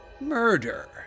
murder